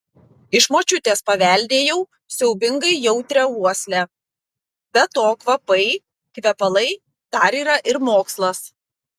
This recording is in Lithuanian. iš močiutės paveldėjau siaubingai jautrią uoslę be to kvapai kvepalai dar yra ir mokslas